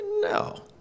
No